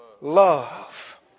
love